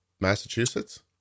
Massachusetts